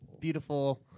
beautiful